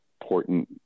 important